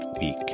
week